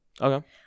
Okay